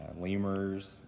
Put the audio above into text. lemurs